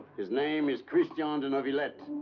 his name is christian de neuvillette.